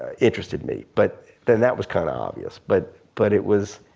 interested me. but then that was kinda obvious. but but it was,